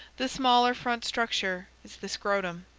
the smaller front structure is the scrotum.